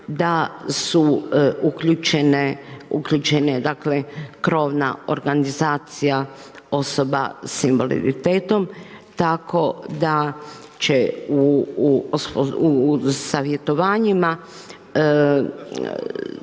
da je uključena krovna organizacija osoba sa invaliditetom tako da će u savjetovanjima,